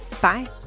Bye